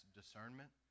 discernment